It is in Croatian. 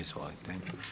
Izvolite.